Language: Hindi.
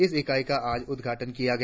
इस इकाई का आज उदघाटन किया गया